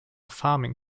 farming